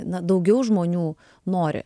na daugiau žmonių nori